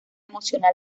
emocional